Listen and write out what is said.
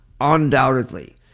undoubtedly